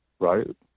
Right